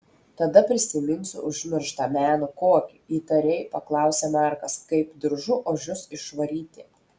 tada prisiminsiu užmirštą meną kokį įtariai paklausė markas kaip diržu ožius išvaryti